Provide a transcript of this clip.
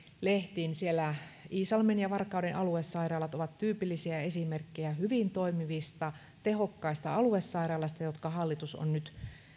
lehtiin siellä iisalmen ja varkauden aluesairaalat ovat tyypillisiä esimerkkejä hyvin toimivista tehokkaista aluesairaaloista jotka hallitus on nyt